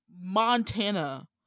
Montana